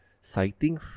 citing